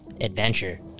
adventure